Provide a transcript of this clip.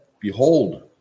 Behold